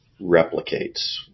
replicates